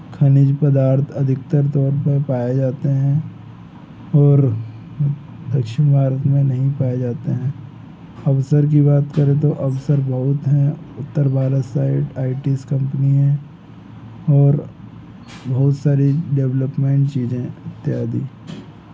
खनिज पदार्थ अधिकतर तौर पर पाए जाते हैं और दक्षिण भारत में नहीं पाए जाते हैं अवसर की बात करें तो अवसर बहुत हैं उत्तर Bharat side ITs company है और बहुत सारी डेवलपमेंट चीज़ें इत्यादि